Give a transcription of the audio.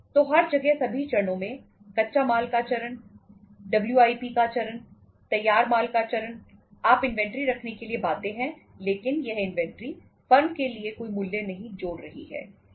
तो हर जगह सभी चरणों में कच्चा माल का चरण डब्ल्यूआईपी का चरण तैयार माल का चरण आप इन्वेंटरी रखने के लिए बाध्य हैं लेकिन यह इन्वेंटरी फर्म के लिए कोई मूल्य नहीं जोड़ रही है